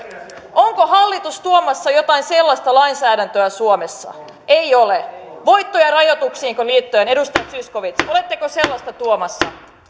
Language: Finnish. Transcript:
onko hallitus tuomassa jotain sellaista lainsäädäntöä suomeen ei ole voittojen rajoituksiinko liittyen edustaja zyskowicz oletteko sellaista tuomassa